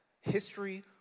History